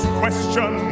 question